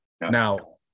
Now